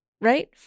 Right